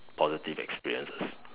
positive experiences